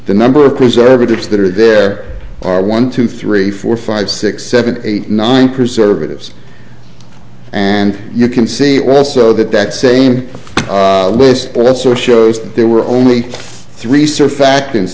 the number of conservatives that are there are one two three four five six seven eight nine preservatives and you can see also that that same list also shows that there were only three surf acto